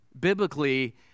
Biblically